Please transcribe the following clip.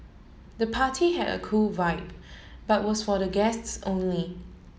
the party had a cool vibe but was for the guests only